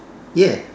ya